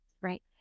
Right